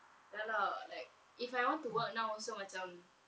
ya lah like if I want to work now also macam